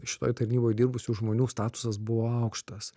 šitoj tarnyboj dirbusių žmonių statusas buvo aukštas